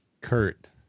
Kurt